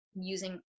using